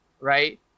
right